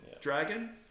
dragon